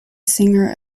singer